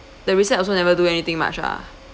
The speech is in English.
the recep~ also never do anything much ah